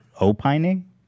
Opining